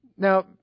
Now